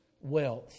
wealth